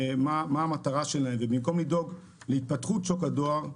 במטרה שלהם ובמקום לדאוג להתפתחות שוק הדואר,